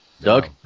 Doug